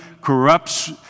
corrupts